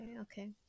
okay